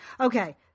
Okay